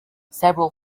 several